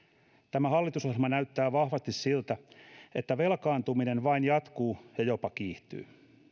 tämä hallitusohjelma näyttää vahvasti siltä että velkaantuminen vain jatkuu ja jopa kiihtyy